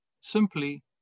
simply